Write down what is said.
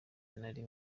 nari